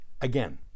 Again